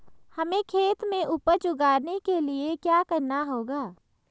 हमें खेत में उपज उगाने के लिये क्या करना होगा?